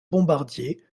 bombardier